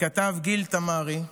הכתב גיל תמרי,